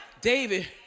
David